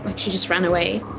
but she just ran away.